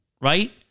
right